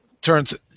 turns